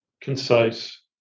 concise